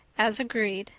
as agreed,